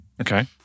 Okay